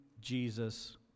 Jesus